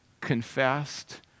confessed